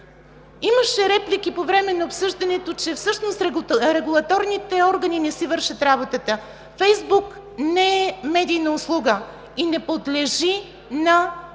Имаше реплики по време на обсъждането, че всъщност регулаторните органи не си вършат работата. Фейсбук не е медийна услуга и не подлежи на такава